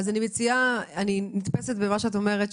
אז אני נתפסת למה שאת אומרת,